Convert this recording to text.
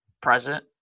present